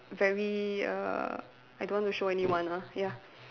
very err I don't want to show anyone ah ya